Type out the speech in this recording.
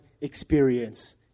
experience